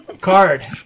Card